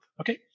okay